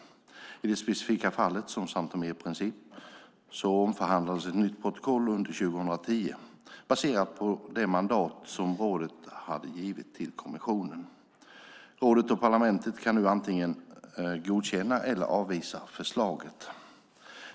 I det specifika fallet med São Tomé och Príncipe omförhandlades ett nytt protokoll under 2010, baserat på det mandat som rådet hade givit till kommissionen. Rådet och parlamentet kan nu antingen godkänna eller avvisa förslaget.